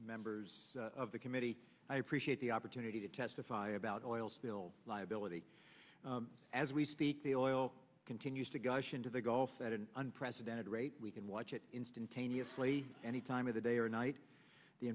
members of the committee i appreciate the opportunity to testify about the oil spill liability as we speak the oil continues to gush into the gulf that an unprecedented rate we can watch it instantaneously any time of the day or night the